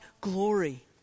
glory